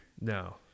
No